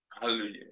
Hallelujah